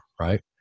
right